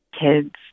kids